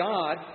God